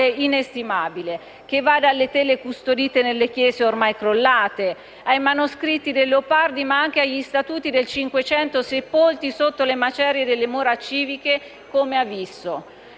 inestimabile, che va dalle tele custodite nelle chiese ormai crollate, ai manoscritti del Leopardi, agli Statuti del Cinquecento, sepolti sotto le macerie delle mura civiche, come a Visso.